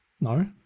no